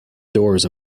doors